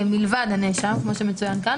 מלבד הנאשם כמו שמצוין כאן,